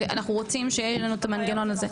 אנחנו רוצים שיהיה לנו את המנגנון הזה.